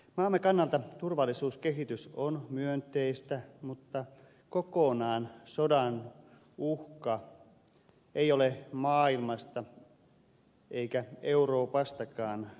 maamme kannalta turvallisuuskehitys on myönteistä mutta kokonaan sodan uhka ei ole maailmasta eikä euroopastakaan pois